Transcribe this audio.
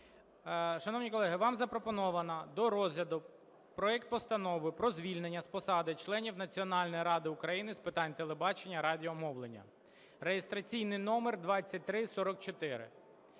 Шановні колеги, вам запропоновано до розгляду проект Постанови про звільнення з посад членів Національної ради України з питань телебачення і радіомовлення (реєстраційний номер 2344).